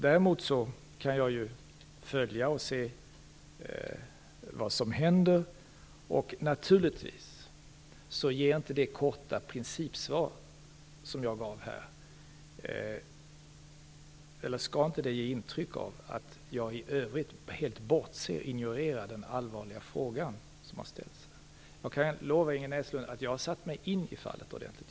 Däremot kan jag följa vad som händer. Naturligtvis skall inte det korta principsvar som jag här lämnade ge intryck av att jag i övrigt helt ignorerar den allvarliga fråga som har ställts. Jag kan lova Ingrid Näslund att jag har satt mig in i fallet ordentligt.